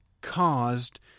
caused